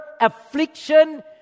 affliction